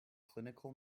clinical